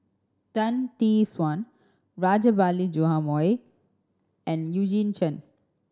Tan Tee Suan Rajabali Jumabhoy and Eugene Chen